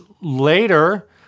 later